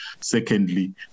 Secondly